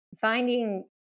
finding